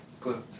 glutes